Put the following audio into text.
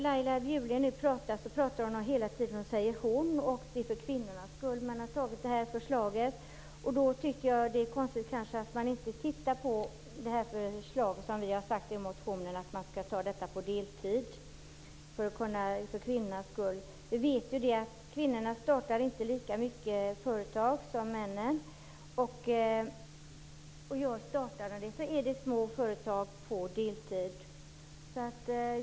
Laila Bjurling använder hela tiden ordet "hon" när hon pratar. Det är för kvinnornas skull man har lagt fram detta förslag. Då tycker jag att det är konstigt att man inte tittar på det förslag som vi har presenterat i motionen. Vi tycker att det skall gå att ta ledigt på deltid för kvinnornas skull. Vi vet att kvinnor inte startar lika många företag som män. Om kvinnor startar företag startar de små företag som de sköter på deltid.